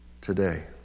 today